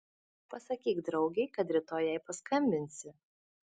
pasakyk draugei kad rytoj jai paskambinsi